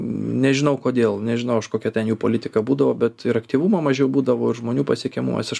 nežinau kodėl nežinau aš kokia ten jų politika būdavo bet ir aktyvumo mažiau būdavo ir žmonių pasiekiamumas aš